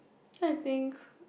I think